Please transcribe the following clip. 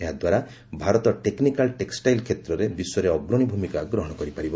ଏହା ଦ୍ୱାରା Bharat technical textile କ୍ଷେତ୍ରରେ ବିଶ୍ୱରେ ଅଗ୍ରଣୀ ଭୂମିକା ଗ୍ରହଣ କରିପାରିବ